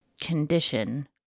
condition